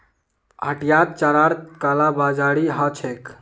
हटियात चारार कालाबाजारी ह छेक